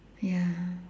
ya